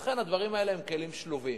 לכן, הדברים האלה הם כלים שלובים.